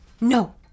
No